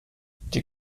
die